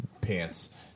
pants